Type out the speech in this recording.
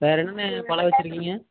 வேறு என்னென்ன பலம் வச்சிருக்கிங்க